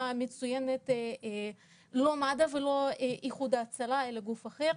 מצוינת לא מד"א ולא איחוד הצלה אלא גוף אחר.